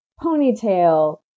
ponytail